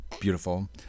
beautiful